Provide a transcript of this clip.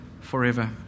forever